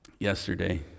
yesterday